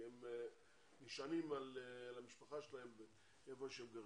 כי הם נשענים על המשפחה שלהם ועל איפה שהם גרים.